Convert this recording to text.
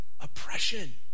oppression